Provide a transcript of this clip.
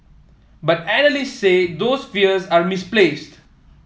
but analysts say those fears are misplaced